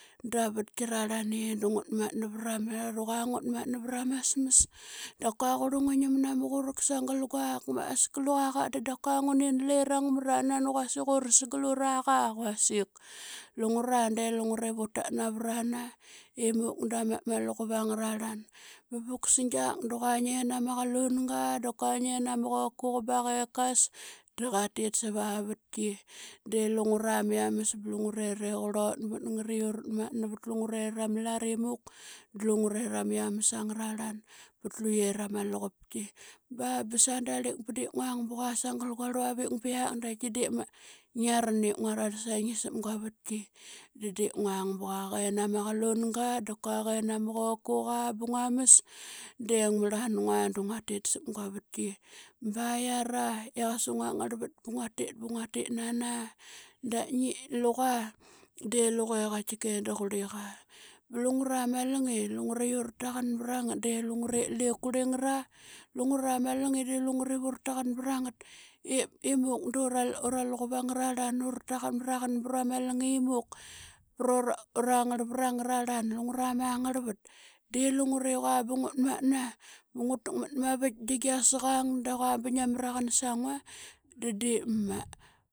Da ma vatki rarlu qua ngut matna vama sms de qrla ngungim nama qurk sangl quak qua ngunin lerang mra asqa nquasik urs qluraqa quraqa quasik. Lungra de lungre vutat navrana imuk da ma luqup angrarlan vuksi diak dnen ama qlunga da qua ngen ama qokuqa baqa dqatit sva vatki. Lungra miams blu qrlorenmatngat iurat matna vtlungrera amlar imuk da mams angra rlan pt luiera ma luqupki. De nguang bqaitki sangl guarlua vik biak ngiarn ip ngua rarl saingi sap guavatki nguang bqua qen ama qlunga da qua mqokuqa bngua ms dia mrlangua dnguatit sp qua vatki. Ba yiara iqasa ngua ngarl rat buguatit bnguatit nana da luqa de luqe qaitkiqa dqurliqa. Blungra nalngi iura taqu brangt de lungre qaitkiqa lequrlingra de vurataqn brangt imuk luqup an ma ngarvat angra rlan. Lungra ma ngarlvat deve ngut matna mavitk de dia saqang dqua binga mraqn sangua de dii ma.